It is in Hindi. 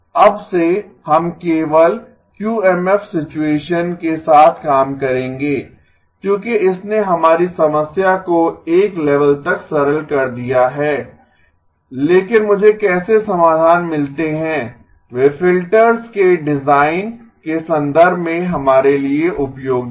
अब से हम केवल क्यूएमएफ सिचुएशन के साथ काम करेंगे क्योंकि इसने हमारी समस्या को एक लेवल तक सरल कर दिया है लेकिन मुझे कैसे समाधान मिलते हैं वे फिल्टर्स के डिजाइन के संदर्भ में हमारे लिए उपयोगी हैं